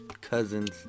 cousin's